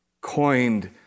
coined